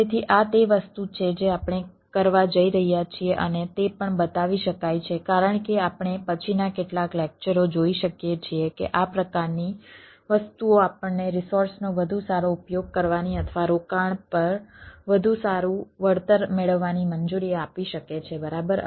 તેથી આ તે વસ્તુ છે જે આપણે કરવા જઈ રહ્યા છીએ અને તે પણ બતાવી શકાય છે કારણ કે આપણે પછીના કેટલાક લેક્ચરો જોઈ શકીએ છીએ કે આ પ્રકારની વસ્તુઓ આપણને રિસોર્સનો વધુ સારો ઉપયોગ કરવાની અથવા રોકાણ પર વધુ સારું વળતર મેળવવાની મંજૂરી આપી શકે છે બરાબર